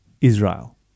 Israel